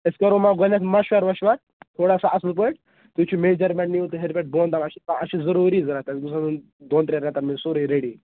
أسۍ کرو مطلب گۄڈٕنیٚتھ مَشورٕ وَشور تھوڑا سا اَصٕل پٲٹھۍ تُہۍ وُچھِو میٚجرمینٛٹ نِیو تُہۍ ہیٚرِ پیٚٹھ بۅن تام اَسہِ چھُ اَسہِ چھُ ضروٗری رٹن یُس زن دۅن ترٛین ریٚتن منٛز چھُ سورُے ریڈی